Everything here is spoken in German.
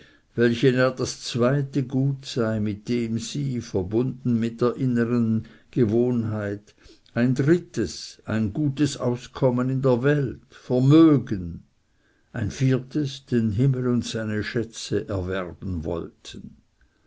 er das zweite gut sei mit dem sie verbunden mit der inwendigen gewohnheit ein drittes ein gutes auskommen in der welt vermögen ein viertes den himmel und seine schätze erwerben wollten